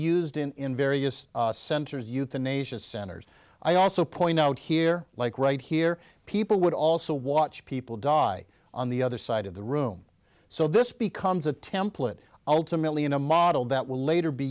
used in various centers euthanasia centers i also point out here like right here people would also watch people die on the other side of the room so this becomes a template ultimately in a model that will later be